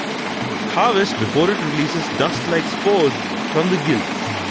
harvest before it releases dust like spores from the gills.